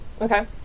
Okay